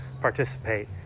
participate